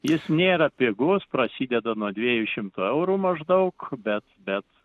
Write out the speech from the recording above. jis nėra pigus prasideda nuo dviejų šimtų eurų maždaug bet bet